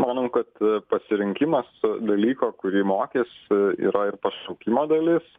manau kad pasirinkimas dalyko kurį mokys yra ir pašaukimo dalis